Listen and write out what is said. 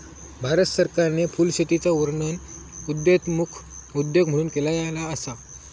भारत सरकारने फुलशेतीचा वर्णन उदयोन्मुख उद्योग म्हणून केलेलो असा